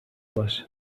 باشه